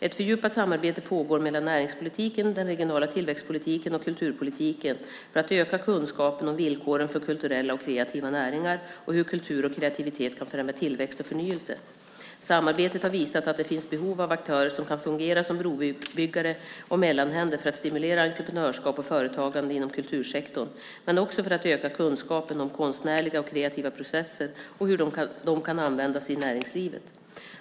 Ett fördjupat samarbete pågår mellan näringspolitiken, den regionala tillväxtpolitiken och kulturpolitiken för att öka kunskapen om villkoren för kulturella och kreativa näringar och hur kultur och kreativitet kan främja tillväxt och förnyelse. Samarbetet har visat att det finns behov av aktörer som kan fungera som brobyggare och mellanhänder för att stimulera entreprenörskap och företagande inom kultursektorn men också för att öka kunskapen om konstnärliga och kreativa processer och hur dessa kan användas i näringslivet.